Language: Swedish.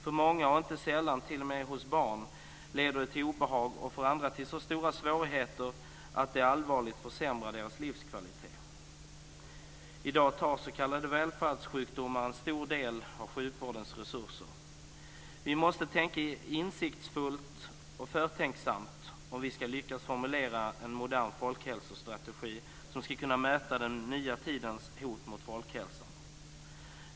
För många, och inte sällan t.o.m. hos barn, leder det till obehag och för andra till så stora svårigheter att det allvarligt försämrar deras livskvalitet. I dag tar s.k. välfärdssjukdomar en stor del av sjukvårdens resurser. Vi måste vara insiktsfulla och förtänksamma om vi ska lyckas formulera en modern folkhälsostrategi som ska kunna möta den nya tidens hot mot folkhälsan.